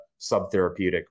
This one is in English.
subtherapeutic